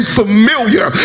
familiar